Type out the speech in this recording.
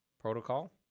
protocol